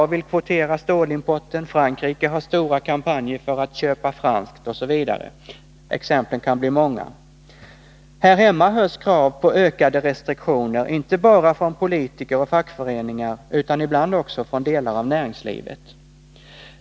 USA vill kvotera stålimporten, Frankrike har stora kampanjer för att ”köpa franskt” osv. Exemplen kan bli många. Här hemma hörs krav på ökade restriktioner inte bara från politiker och fackföreningar utan ibland också från delar av näringslivet.